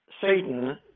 Satan